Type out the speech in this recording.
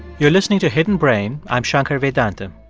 you're listening to hidden brain. i'm shankar vedantam.